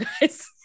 guys